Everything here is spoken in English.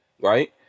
Right